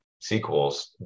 sequels